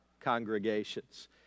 congregations